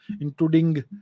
including